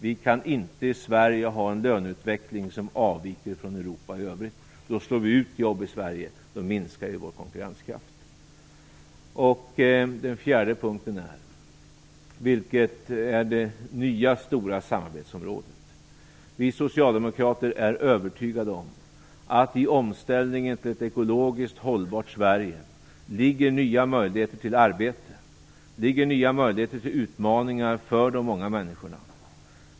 Vi kan inte i Sverige ha en löneutveckling som avviker från den i det övriga Europa. Då slår vi ut jobb i Sverige och minskar vår konkurrenskraft. Den fjärde punkten gäller det nya stora samarbetsområdet. Vi socialdemokrater är övertygade om att i omställningen till ett ekologiskt hållbart Sverige ligger nya möjligheter till arbete och nya utmaningar för de många människorna.